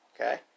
Okay